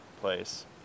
place